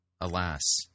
Alas